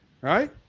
right